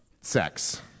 sex